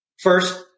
First